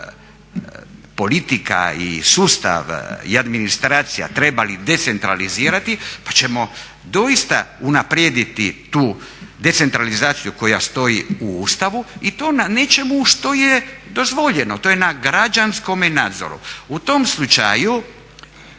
da bi se politika i sustav i administracija trebali decentralizirati pa ćemo doista unaprijediti tu decentralizaciju koja stoji u Ustavu i to na nečemu što je dozvoljeno, to je na građanskome nadzoru. U tom slučaju